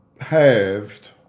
halved